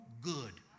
good